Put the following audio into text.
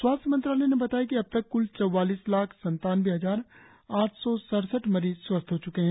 स्वास्थ्य मंत्रालय ने बताया कि अबतक कुल चौवालीस लाख सत्तानबे हजार आठ सौ सड़सठ मरीज स्वस्थ हो च्के है